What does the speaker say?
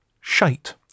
shite